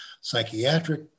psychiatric